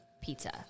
pizza